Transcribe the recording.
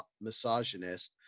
misogynist